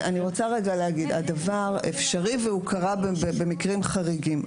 הדבר אפשרי והוא קרה במקרים חריגים.